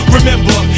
Remember